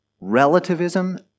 relativism